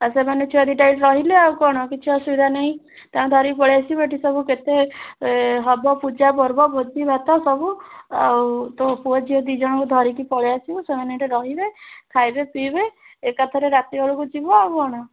ଆଉ ସେମାନେ ଛୁଆ ଦୁଇଟା ଏଇଠି ରହିଲେ ଆଉ କଣ କିଛି ଅସୁବିଧା ନାହିଁ ତାଙ୍କୁ ଧରି ପଳାଇଆସିବୁ ଏଠି ସବୁ କେତେ ହେବ ପୂଜାପର୍ବ ଭୋଜିଭାତ ସବୁ ଆଉ ତୋ ପୁଅ ଝିଅ ଦୁଇ ଜଣଙ୍କୁ ଧରିକି ପଳାଇଆସିବୁ ସେମାନେ ଏଠି ରହିବେ ଖାଇବେ ପିଇବେ ଏକାଥରେ ରାତିବେଳକୁ ଯିବ ଆଉ କ'ଣ